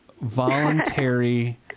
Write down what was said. Voluntary